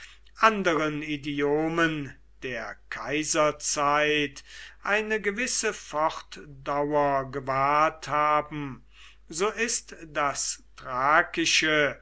anderen idiomen der kaiserzeit eine gewisse fortdauer gewahrt haben so ist das